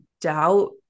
doubt